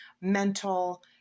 mental